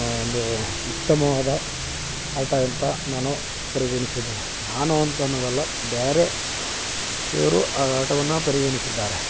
ಒಂದು ಉತ್ತಮವಾದ ಆಟ ಅಂತ ನಾನು ಪರಿಗಣಿಸಿದ್ದೇನೆ ನಾನು ಅಂತ ಅನ್ನೋದಲ್ಲ ಬೇರೆ ಇವರು ಆ ಆಟವನ್ನು ಪರಿಗಣಿಸಿದ್ದಾರೆ